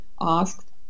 asked